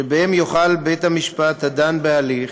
שבהם יוכל בית-המשפט הדן בהליך